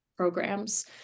Programs